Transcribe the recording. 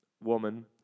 woman